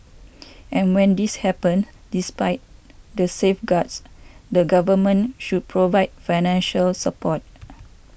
and when this happens despite the safeguards the government should provide financial support